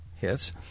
hits